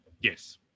Yes